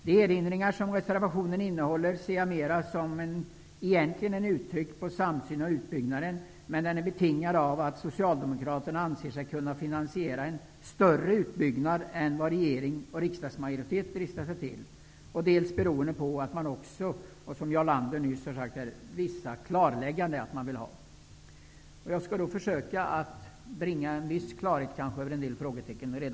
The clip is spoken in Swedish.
De erinringar som reservationen innehåller ser jag egentligen mera som uttryck för en samsyn vad gäller utbyggnaden, men reservationen är betingad dels av att Socialdemokraterna anser sig kunna finansiera en större utbyggnad än vad regeringen och riksdagsmajoriteten dristat sig till, dels av att man önskar vissa klarlägganden. Jag skall nu försöka att bringa viss klarhet på vissa punkter.